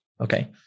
Okay